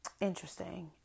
interesting